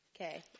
Okay